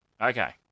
Okay